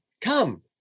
Come